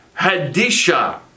Hadisha